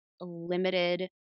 limited